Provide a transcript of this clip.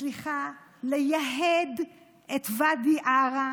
סליחה, לייהד את ואדי עארה